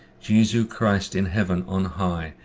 jesu christ in heaven on high,